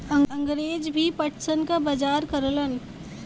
अंगरेज भी पटसन क बजार करलन